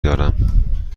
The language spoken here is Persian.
دارم